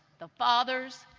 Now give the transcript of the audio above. the fathers,